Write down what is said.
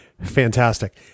fantastic